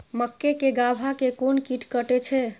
मक्के के गाभा के कोन कीट कटे छे?